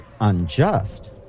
unjust